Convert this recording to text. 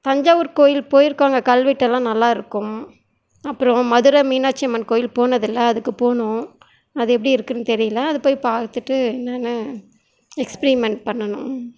தஞ்சாவூர் கோயில் போயிருக்கோங்க கல்வெட்டெல்லாம் நல்லாயிருக்கும் அப்புறம் மதுரை மீனாட்சி அம்மன் கோயில் போனதில்லை அதுக்கு போகணும் அது எப்படி இருக்குன்னு தெரியல அதை போய் பார்த்துட்டு என்னனு எக்ஸ்ப்ரிமெண்ட் பண்ணணும்